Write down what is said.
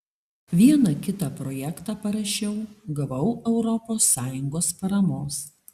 vieną kitą projektą parašiau gavau europos sąjungos paramos